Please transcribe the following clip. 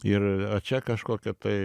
ir a čia kažkokia tai